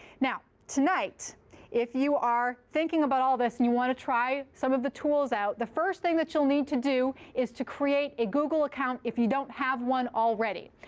now tonight if you are thinking about all this and you want to try some of the tools out, the first thing that you'll need to do is to create a google account if you don't have one already.